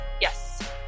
Yes